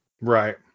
Right